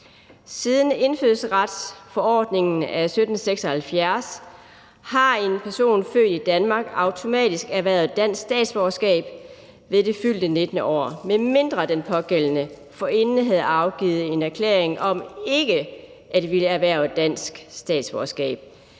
Siden indfødsretsforordningen af 1776 havde en person født i Danmark automatisk erhvervet dansk statsborgerskab ved det fyldte 19. år, medmindre den pågældende forinden havde afgivet en erklæring om ikke at ville erhverve dansk statsborgerskab.